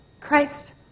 Christ